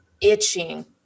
itching